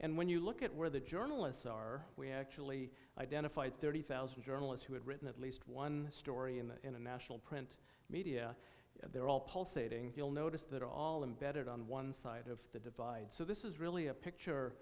and when you look at where the journalists are we actually identified thirty thousand journalists who had written at least one story in the international print media they're all pulsating you'll notice that all embedded on one side of the divide so this is really a picture